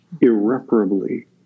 irreparably